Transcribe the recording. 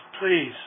please